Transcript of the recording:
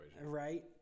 Right